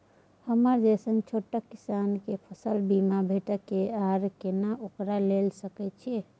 हमरा जैसन छोट किसान के फसल बीमा भेटत कि आर केना ओकरा लैय सकैय छि?